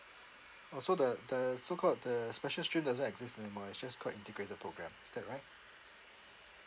orh so the the so called the special stream doesn't exist anymore it's just called integrated programme is that right